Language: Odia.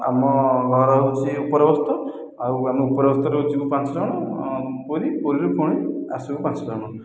ଆମ ଘର ହେଉଛି ଉପରବସ୍ତ ଆଉ ଉପରବସ୍ତରୁ ଯିବୁ ପାଞ୍ଚଜଣ ପୁରୀ ପୁରୀରୁ ପୁଣି ଆସିବୁ ପାଞ୍ଚ ଜଣ